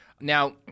Now